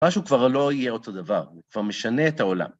משהו כבר לא יהיה אותו דבר, זה כבר משנה את העולם.